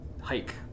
hike